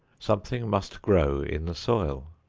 something must grow in the soil.